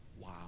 Wow